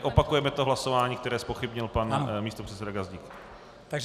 Opakujeme hlasování, které zpochybnil pan místopředseda Gazdík.